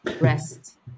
rest